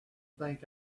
think